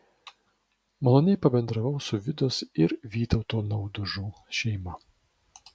maloniai pabendravau su vidos ir vytauto naudužų šeima